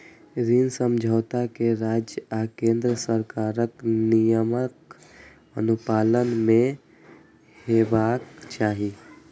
ऋण समझौता कें राज्य आ केंद्र सरकारक नियमक अनुपालन मे हेबाक चाही